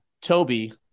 Toby